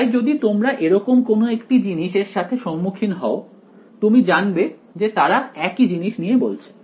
তাই যদি তোমরা এরকম কোনও একটি জিনিস এর সাথে সম্মুখীন হও তুমি জানবে যে তারা একই জিনিস নিয়ে বলছে